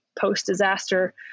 post-disaster